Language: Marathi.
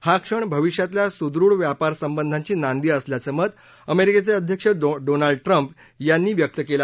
हा क्षण भविष्यातल्या सुदृढ व्यापार संबंधांची नांदी असल्याचं मत अमेरिकेचे अध्यक्ष डोनाल्ड ट्रॅम्प यांनी व्यक्त केलं